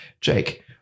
Jake